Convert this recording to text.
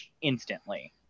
instantly